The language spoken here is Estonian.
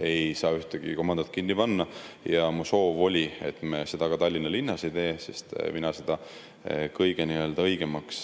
ei saa ühtegi komandot kinni panna, ja mu soov oli, et me seda ka Tallinna linnas ei tee, sest mina ei pea seda kõige õigemaks,